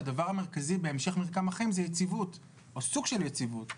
שהדבר המרכזי להמשך מרקם החיים זה יציבות או סוג של יציבות.